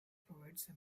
provides